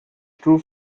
true